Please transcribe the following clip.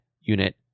unit